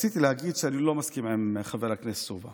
רציתי להגיד שאני לא מסכים עם חבר הכנסת סובה